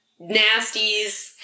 nasties